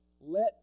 Let